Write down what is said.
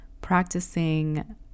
practicing